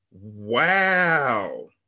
Wow